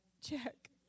check